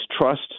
trust